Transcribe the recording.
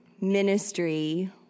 ministry